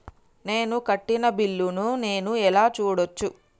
నేను కట్టిన బిల్లు ను నేను ఎలా చూడచ్చు?